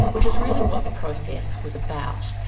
which was really what the process was about.